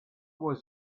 was